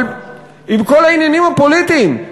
אבל עם כל העניינים הפוליטיים,